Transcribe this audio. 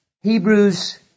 Hebrews